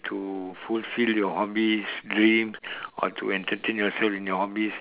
to fulfil your hobbies dreams or to entertain yourself in your hobbies